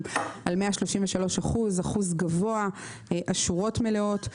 עומד על 133 אחוזים שזה אחוז גבוה והשורות מלאות.